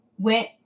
went